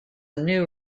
new